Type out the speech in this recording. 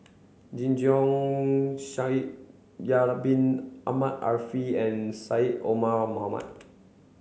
Jing Jun Shaikh Yahya Bin Ahmed Afifi and Syed Omar Mohamed